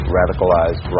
radicalized